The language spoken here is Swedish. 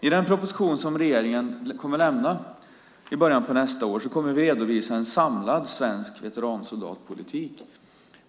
I den proposition som regeringen kommer att lämna i början av nästa år kommer vi att redovisa en samlad svensk veteransoldatpolitik.